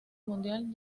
mundial